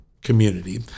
community